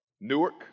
Newark